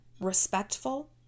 respectful